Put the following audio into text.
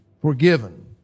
forgiven